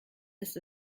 ist